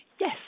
Yes